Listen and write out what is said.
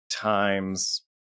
times